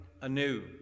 anew